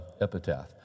epitaph